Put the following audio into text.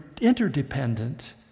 interdependent